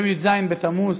היום י"ז בתמוז,